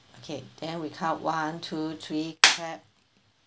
okay then we count one two three clap